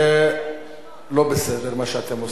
זה לא בסדר מה שאתם עושים.